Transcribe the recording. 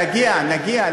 נגיע, נגיע.